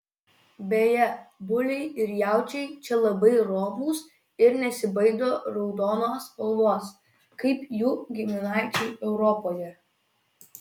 beje buliai ir jaučiai čia labai romūs ir nesibaido raudonos spalvos kaip jų giminaičiai europoje